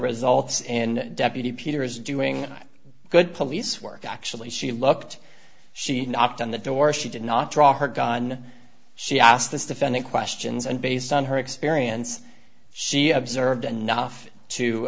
results in deputy peter is doing good police work actually she looked she knocked on the door she did not draw her gun she asked this defendant questions and based on her experience she observed enough to